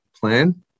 plan